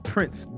Prince